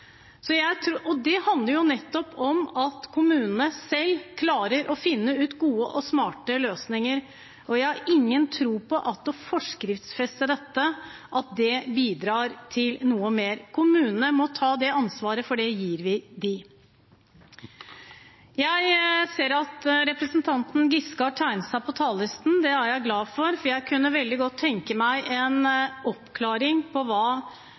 Det handler jo nettopp om at kommunene selv klarer å finne gode og smarte løsninger, og jeg har ingen tro på at det å forskriftsfeste dette bidrar til noe mer. Kommunene må ta det ansvaret, for det gir vi dem. Jeg ser at representanten Giske har tegnet seg på talerlisten. Det er jeg glad for, for jeg kunne veldig godt tenke meg en oppklaring av hva